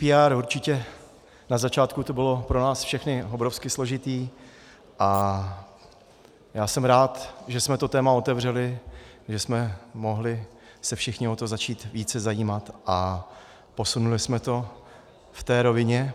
GDPR určitě na začátku to bylo pro nás všechny obrovsky složité a já jsem rád, že jsme to téma otevřeli, že jsme se o to všichni mohli začít více zajímat a posunuli jsme to v té rovině.